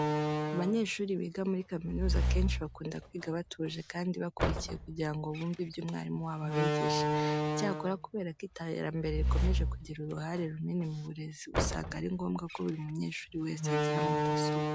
Abanyeshuri biga muri kaminuza akenshi bakunda kwiga batuje kandi bakurikiye kugira ngo bumve ibyo umwarimu wabo abigisha. Icyakora kubera ko iterambere rikomeje kugira uruhare runini mu burezi, usanga ari ngombwa ko buri munyeshuri wese agira mudasobwa.